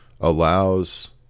allows